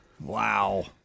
Wow